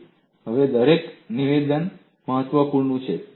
અહીં દરેક નિવેદન મહત્વપૂર્ણ છે